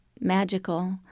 magical